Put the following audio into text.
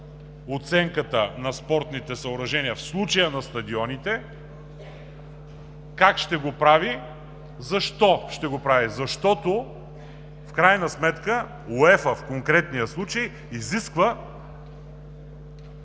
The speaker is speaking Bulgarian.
оценката на спортните съоръжения, в случая на стадионите, как ще го прави, защо ще го прави. Защото в крайна сметка – УЕФА в конкретния случай, изисква